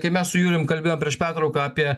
kai mes su julium kalbėjom prieš pertrauką apie